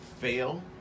fail